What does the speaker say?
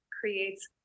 creates